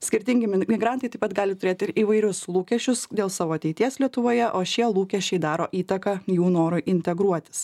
skirtingi migrantai taip pat gali turėt ir įvairius lūkesčius dėl savo ateities lietuvoje o šie lūkesčiai daro įtaką jų norui integruotis